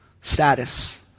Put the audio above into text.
Status